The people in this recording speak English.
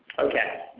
okay,